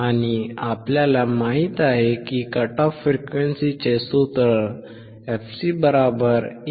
आणि आपल्याला माहित आहे की कट ऑफ फ्रिक्वेन्सीचे सूत्र fc12πRC आहे